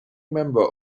member